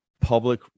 public